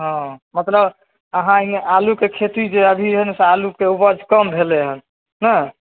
हँ मतलब अहाँ हियाँ आलूके खेती जे अभी हय ने से आलूके उपज कम भेलनि हन हय ने